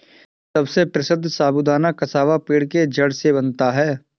सबसे प्रसिद्ध साबूदाना कसावा पेड़ के जड़ से बनता है